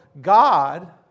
God